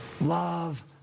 Love